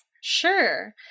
Sure